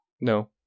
No